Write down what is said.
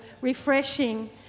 refreshing